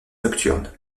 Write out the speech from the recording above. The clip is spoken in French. nocturne